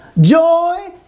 joy